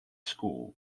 school